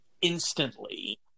instantly